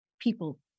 People